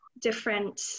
different